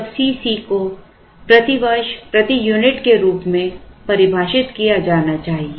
तब C c को प्रति वर्ष प्रति यूनिट के रूप में परिभाषित किया जाना चाहिए